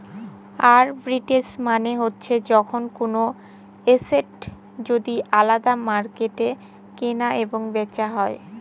arbitrage মানে হচ্ছে যখন কোনো এসেট যদি আলাদা মার্কেটে কেনা এবং বেচা হয়